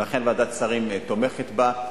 לכן ועדת השרים תומכת בה.